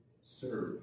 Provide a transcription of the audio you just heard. serve